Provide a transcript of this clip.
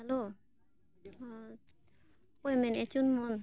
hello ᱚᱠᱚᱭᱮᱢ ᱢᱮᱱᱮᱜᱼᱟ ᱪᱩᱱᱢᱚᱱ